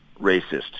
racist